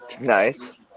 Nice